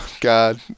God